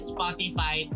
Spotify